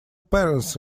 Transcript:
parents